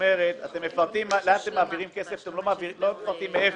אתם מפרטים לאן אתם מעבירים כסף - לא מפרטים מאיפה.